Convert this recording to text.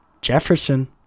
Jefferson